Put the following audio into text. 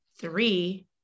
three